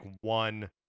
one